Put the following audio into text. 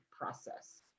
process